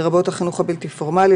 לרבות החינוך הבלתי פורמלי,